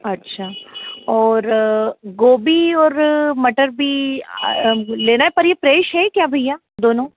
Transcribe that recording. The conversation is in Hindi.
अच्छा और गोभी और मटर भी लेना है पर यह फ्रेश है क्या भैया दोनों